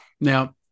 Now